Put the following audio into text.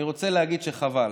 אני רוצה להגיד: חבל.